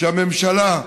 הממשלה,